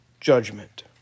judgment